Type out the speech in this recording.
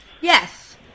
Yes